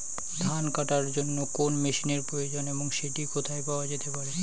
ধান কাটার জন্য কোন মেশিনের প্রয়োজন এবং সেটি কোথায় পাওয়া যেতে পারে?